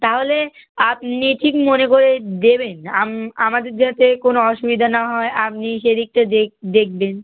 তাহলে আপনি ঠিক মনে করে দেবেন আমাদের যাতে কোনো অসুবিধা না হয় আপনি সেদিকটা দেখবেন